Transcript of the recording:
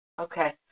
Okay